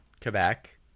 Quebec